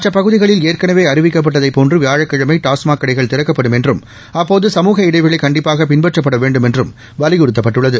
மற்ற பகுதிகளில் ஏற்கனவே அறிவிக்கப்பட்டதை போன்று வியாழக்கிழமை டாஸ்மாக் கடைகள் திறக்கப்படும் என்றும் அப்போது சமூக இடைவெளி கண்டிப்பாக பின்பற்றப்பட் வேண்டும் என்றும் வலியுறுத்தப்பட்டுள்ளது